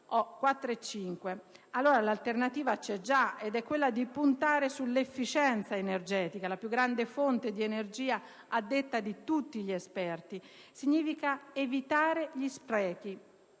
cento, l'alternativa c'è già, ed è quella di puntare sull'efficienza energetica, la più grande fonte di energia a detta di tutti gli esperti. Ciò significa evitare gli sprechi.